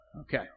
Okay